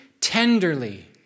tenderly